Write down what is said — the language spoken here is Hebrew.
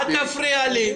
אל תפריע לי.